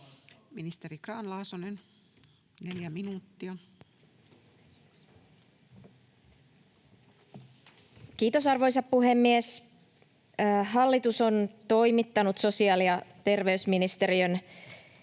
Ministeri Grahn-Laasonen, neljä minuuttia. Kiitos, arvoisa puhemies! Hallitus on toimittanut sosiaali- ja terveysministeriön